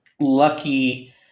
lucky